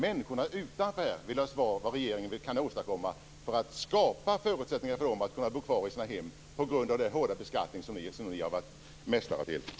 Människorna utanför vill veta vad regeringen vill åstadkomma för att skapa förutsättningar för dem att kunna bo kvar i sina hem trots den hårda beskattning som ni har varit mästare på att erbjuda.